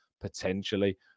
Potentially